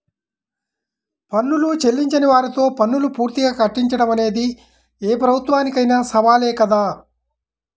పన్నులు చెల్లించని వారితో పన్నులు పూర్తిగా కట్టించడం అనేది ఏ ప్రభుత్వానికైనా సవాలే కదా